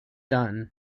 done